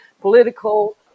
political